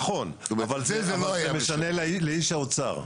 נכון, אבל זה היה משנה לאיש האוצר.